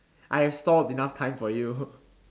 I have stalled enough time for you